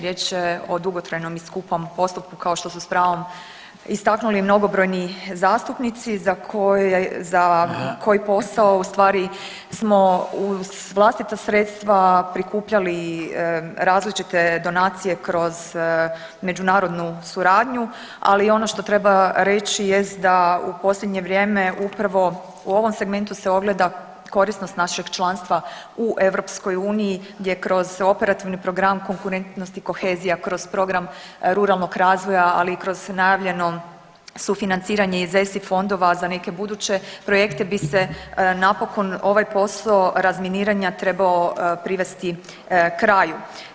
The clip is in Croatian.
Riječ je o dugotrajnom i skupom postupku, kao što su s pravom istaknuli mnogobrojni zastupnici za koje, za koji posao ustvari smo uz vlastita sredstva prikupljali različite donacije kroz međunarodnu suradnju, ali i ono što treba reći jest da u posljednje vrijeme upravo u ovom segmentu se ogleda korisnost našeg članstva u EU gdje kroz Operativni program konkurentnost i kohezija, kroz Program ruralnog razvoja, ali i kroz najavljeno sufinanciranje iz ESI fondova za neke buduće projekte bi se napokon ovaj posao razminiranja trebao privesti kraju.